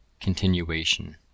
Continuation